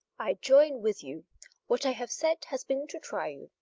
i join with you what i have said has been to try you.